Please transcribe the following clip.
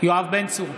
יואב בן צור,